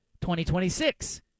2026